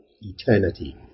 eternity